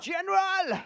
General